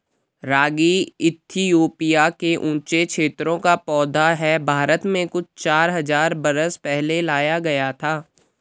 रागी Ethiopia के ऊँचे क्षेत्रों का पौधा है भारत में कुछ चार हज़ार बरस पहले लाया गया था